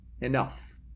enough